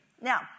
Now